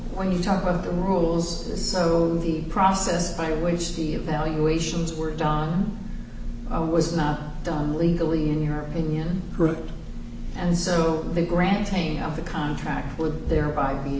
when you talk about the rules so the process by which the evaluations worked on was not done legally in your opinion correct and so the granting of a contract with their i th